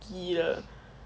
the